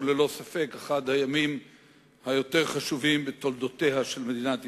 הוא ללא ספק אחד הימים היותר חשובים בתולדותיה של מדינת ישראל.